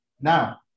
Now